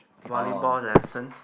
volleyball lessons